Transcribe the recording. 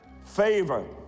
Favor